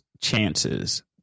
chances